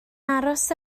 aros